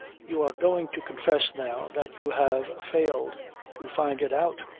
you are going to confess now that you have failed to find it out,